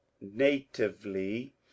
natively